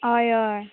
होय होय